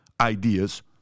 ideas